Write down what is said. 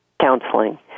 counseling